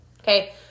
Okay